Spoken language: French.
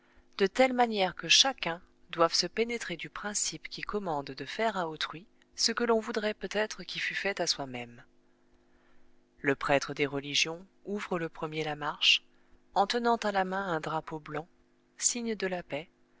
de telle manière que chacun doive se pénétrer du principe qui commande de faire à autrui ce que l'on voudrait peut-être qui fût fait à soi-même le prêtre des religions ouvre le premier la marche en tenant à la main un drapeau blanc signe de la paix